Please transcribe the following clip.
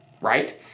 right